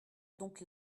donc